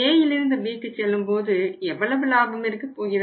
Aயிலிருந்து Bக்கு செல்லும்போது எவ்வளவு லாபம் இருக்கப்போகிறது